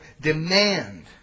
demand